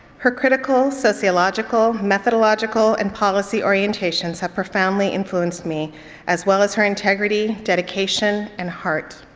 her critical, sociological, methodological and policy orientations have profoundly influenced me as well as her integrity, dedication and heart.